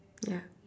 ya